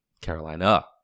Carolina